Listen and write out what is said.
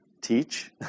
teach